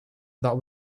that